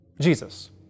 Jesus